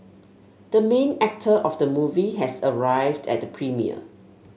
the main actor of the movie has arrived at the premiere